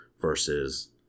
versus